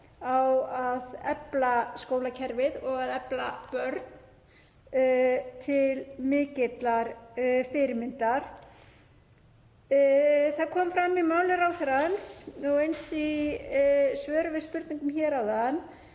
á að efla skólakerfið og að efla börn til mikillar fyrirmyndar. Það kom fram í máli ráðherrans, og eins í svörum við spurningum hér áðan,